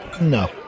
No